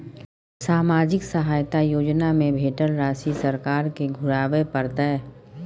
सामाजिक सहायता योजना में भेटल राशि सरकार के घुराबै परतै?